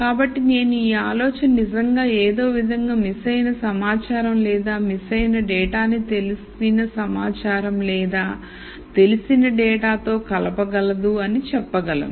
కాబట్టి నేను ఈ ఆలోచన నిజంగా ఏదో విధంగా మిస్ అయిన సమాచారం లేదా మిస్ అయిన డేటా ని తెలిసిన సమాచారం లేదా తెలిసిన డేటా తో కలప గలదు అని చెప్పగలను